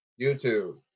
YouTube